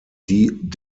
die